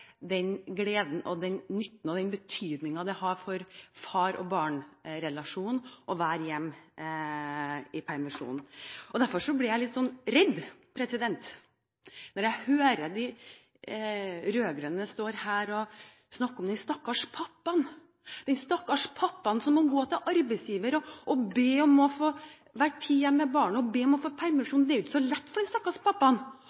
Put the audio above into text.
gleden og nytten av dette og betydningen det har for far-barn-relasjonen å være hjemme i permisjon. Derfor blir jeg litt redd når jeg hører de rød-grønne stå her og snakke om den stakkars pappaen, den stakkars pappaen som må gå til arbeidsgiver og be om få tid med barnet og be om å få